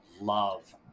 love